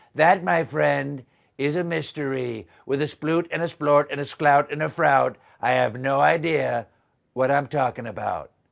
that my friends is a mystery. with a sploot and a splort and a sklout and a frowt, i have no idea what i am talking about.